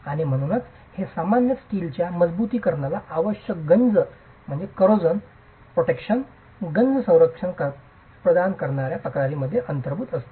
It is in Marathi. आणि म्हणूनच हे सामान्यत स्टीलच्या मजबुतीकरणाला आवश्यक गंज संरक्षण प्रदान करणार्या तक्रारींमध्ये अंतर्भूत असते